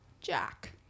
Jack